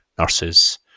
nurses